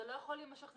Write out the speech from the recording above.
זה לא יכול להימשך,